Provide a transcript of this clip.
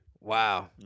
Wow